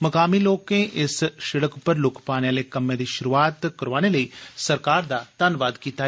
मकामी लोकें इस सिड़क पर लुक्क पाने आले कम्मै दी शुरूआत करोआने लेई सरकार दा धन्नबाद कीता ऐ